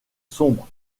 sombre